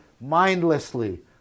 mindlessly